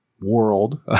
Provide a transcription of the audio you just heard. world